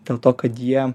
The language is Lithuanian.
dėl to kad jie